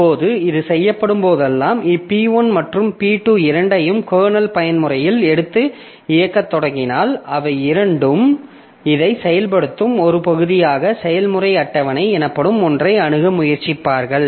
இப்போது இது செய்யப்படும்போதெல்லாம் P1 மற்றும் P2 இரண்டையும் கர்னல் பயன்முறையில் வந்து இயக்கத் தொடங்கினால் இவை இரண்டும் இதைச் செயல்படுத்தும் ஒரு பகுதியாக செயல்முறை அட்டவணை எனப்படும் ஒன்றை அணுக முயற்சிப்பார்கள்